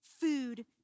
food